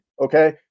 Okay